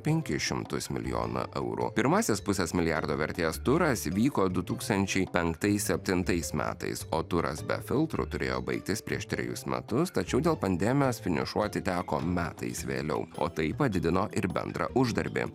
penkis šimtus milijonų eurų pirmasis pusės milijardo vertės turas įvyko du tūkstančiai penktais septintais metais o turas be filtro turėjo baigtis prieš trejus metus tačiau dėl pandemijos finišuoti teko metais vėliau o tai padidino ir bendrą uždarbį